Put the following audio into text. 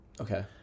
Okay